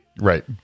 Right